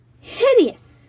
hideous